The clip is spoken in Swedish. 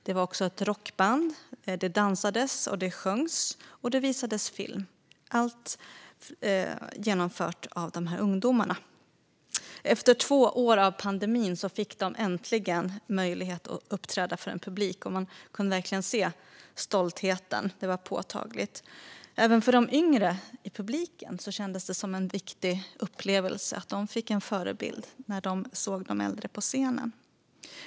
Det var också ett rockband. Det dansades, det sjöngs och man visade film. Allt genomfördes av dessa ungdomar. Efter två år av pandemi fick de äntligen möjlighet att uppträda inför en publik, och man kunde verkligen se stoltheten. Den var påtaglig. Även för de yngre i publiken kändes det som en viktig upplevelse. De fick en förebild i de äldre på scenen.